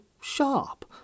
sharp